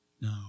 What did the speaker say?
No